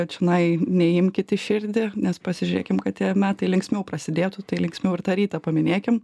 čionai neimkit į širdį nes pasižiūrėkim kad tie metai linksmiau prasidėtų tai linksmiau ir tą rytą paminėkim